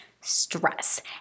stress